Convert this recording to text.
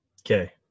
Okay